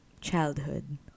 childhood